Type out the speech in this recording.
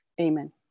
Amen